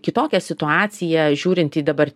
kitokią situaciją žiūrint į dabar